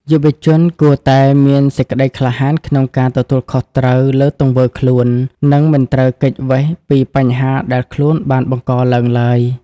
យុវជនគួរតែ "មានសេចក្ដីក្លាហានក្នុងការទទួលខុសត្រូវលើទង្វើខ្លួន" និងមិនត្រូវគេចវេសពីបញ្ហាដែលខ្លួនបានបង្កឡើងឡើយ។